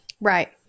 Right